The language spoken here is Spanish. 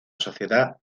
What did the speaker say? sociedad